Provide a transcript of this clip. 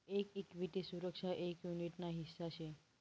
एक इक्विटी सुरक्षा एक युनीट ना हिस्सा शे